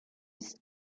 است